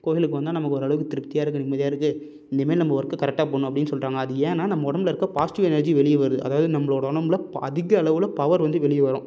கோயிலுக்கு வந்தா நமக்கு ஓரளவுக்கு திருப்தியாக இருக்கு நிம்மதியாக இருக்கு இனிமே நம்ப ஒர்க்கு கரெக்டாக பண்ணும் அப்படின்னு சொல்லுறாங்க அது ஏன்னா நம்ம உடம்புல இருக்க பாசிட்டிவ் எனர்ஜி வெளியே வருது அதாவது நம்பளோட உடம்புல அதிக அளவில் பவர் வந்து வெளியே வரும்